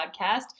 Podcast